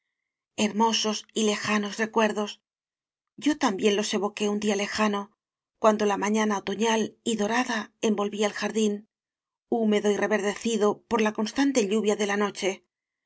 hermosos y lejanos recuerdos yo también los evoqué un día lejano cuando la mañana otoñal y dorada envolvía el jardín húmedo v reverdecido por la constante lluvia de la noche